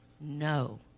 No